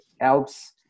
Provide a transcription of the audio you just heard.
helps